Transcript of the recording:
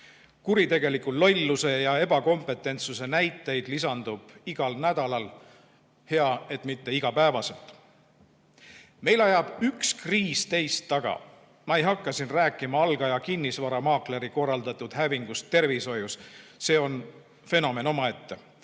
Kuritegeliku lolluse ja ebakompetentsuse näiteid lisandub igal nädalal – hea, et mitte iga päev. Meil ajab üks kriis teist taga. Ma ei hakka siin rääkima algaja kinnisvaramaakleri korraldatud hävingust tervishoius, see on fenomen omaette.